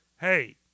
Hey